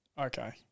Okay